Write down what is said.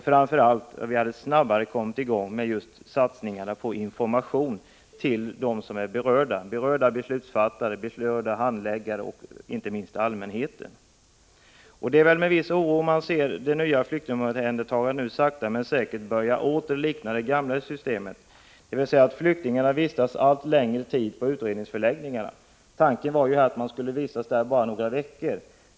Framför allt hade vi snabbare kunnat komma i gång med satsningen på information till dem som berörs — till berörda beslutsfattare, till berörda handläggare och inte minst till allmänheten. Det är väl med viss oro man konstaterar att det nya flyktingomhändertagandet sakta men säkert börjar likna det gamla systemet — dvs. att flyktingarna vistas allt längre tid på utredningsförläggningarna. Tanken var ju att flyktingarna skulle vistas där bara några veckor.